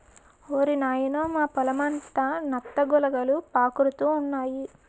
ఓరి నాయనోయ్ మా పొలమంతా నత్త గులకలు పాకురుతున్నాయి